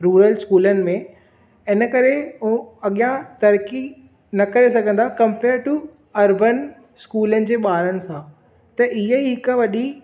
rural स्कूलनि में हिन करे उहो अॻियां तरक़ी न करे सघंदा कम्पेयर टू अरबन स्कूलनि जे बा॒रनि सां त इहेई हिकु वडी॒